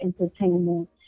entertainment